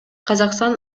казакстан